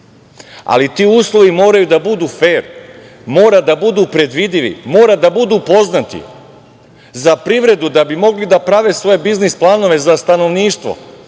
Ali, ti uslovi moraju da budu fer, mora da budu predvidivi, mora da budu poznati za privredu da bi mogli da prave svoje biznis planove za stanovništvo,